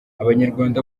abanyarwanda